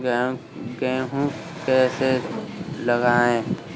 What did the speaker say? गेहूँ कैसे लगाएँ?